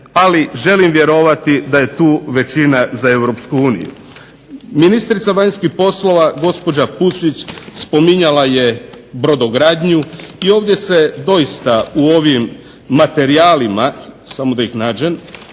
ali želim vjerovati da je tu većina za EU. Ministrica vanjskih poslova gospođa Pusić spominjala je brodogradnju. I ovdje se doista u ovim materijalima, samo da ih nađem,